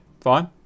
fine